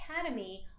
Academy